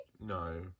no